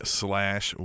slash